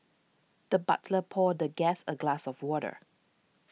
the butler poured the guest a glass of water